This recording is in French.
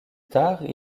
tard